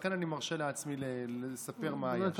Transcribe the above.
לכן אני מרשה לעצמי לספר מה היה.